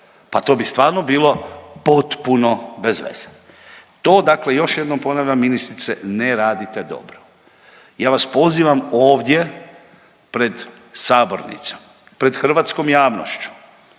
pa to bi stvarno bilo potpuno bez veze, to dakle još jednom ponavljam ministrice ne radite dobro. Ja vas pozivam ovdje pred sabornicom, pred hrvatskom javnošću